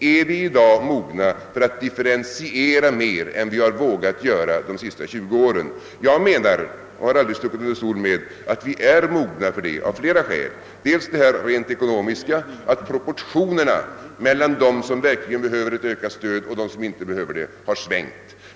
Är vi i dag mogna för att differentiera i större utsträckning än vi har vågat göra under de senaste 20 åren? Jag anser och har aldrig stuckit under stol med att vi är mogna för en sådan differentiering av flera skäl. Ett skäl är den rent ekonomiska sidan, således att proportionerna mellan dem som verkligen behöver ett ökat stöd och dem som inte behöver det har svängt.